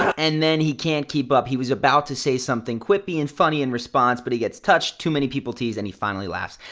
and then, he can't keep up. he was about to say something quippy and funny in response, but he gets touched too many people teased him, and he finally laughs.